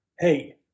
Hey